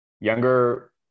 younger